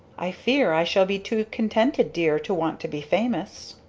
i fear i shall be too contented, dear, to want to be famous.